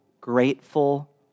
grateful